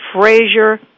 Frazier